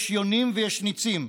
יש יונים ויש ניצים,